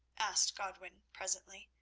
asked godwin presently.